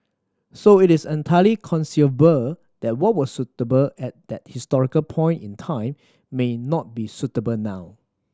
so it is entirely conceivable that what was suitable at that historical point in time may not be suitable now